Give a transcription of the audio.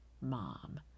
mom